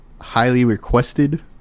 highly-requested